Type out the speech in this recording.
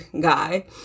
guy